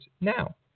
now